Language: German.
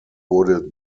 wurde